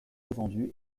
revendues